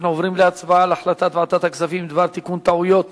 אנחנו עוברים להצבעה על החלטת ועדת הכספים בדבר תיקון טעויות